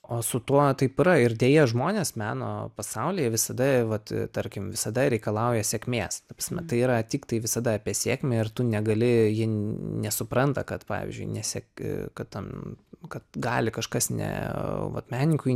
o su tuo taip yra ir deja žmonės meno pasauly visada vat tarkim visada reikalauja sėkmės na tai yra tik tai visada apie sėkmę ir tu negali ji nesupranta kad pavyzdžiui nesek kad ten kad gali kažkas ne vat menininkui